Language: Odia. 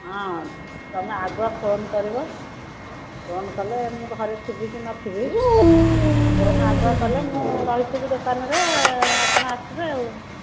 ହଁ ତୁମେ ଆଗୁଆ ଫୋନ୍ କରିବ ଫୋନ୍ କଲେ ମୁଁ ଘରେ ଥିବି କି ନଥିବି ଫୋନ୍ ଆଗୁଆ କଲେ ମୁଁ ରହିଥିବି ଦୋକାନରେ ଆପଣ ଆସିବେ ଆଉ